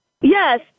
Yes